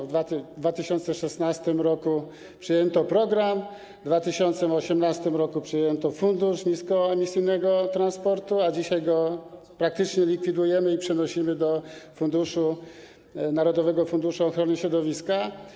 W 2016 r. przyjęto program, w 2018 r. przyjęto Fundusz Niskoemisyjnego Transportu, a dzisiaj go praktycznie likwidujemy i przenosimy do narodowego funduszu ochrony środowiska.